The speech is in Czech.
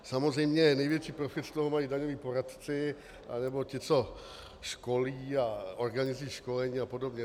Samozřejmě největší profit z toho mají daňoví poradci nebo ti, co školí a organizují školení apod.